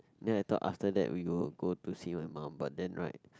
then I thought after that we go go to see my mum but then right